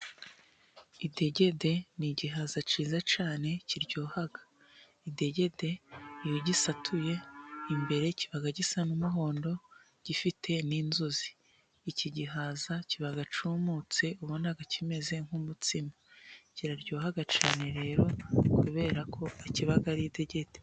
Idegede ni igihaza cyiza cyane kiryoha, idegede iyo ugisatuye imbere kiba gisa n'umuhondo gifite n'inzuzi, iki gihaza kiba cyumutse ubona kimeze nk'umutsima, kiraryoha cyane rero kuberako kiba ari idegede.